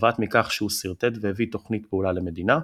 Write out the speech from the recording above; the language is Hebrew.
נובעת מכך שהוא שרטט והביא תוכנית פעולה למדינה,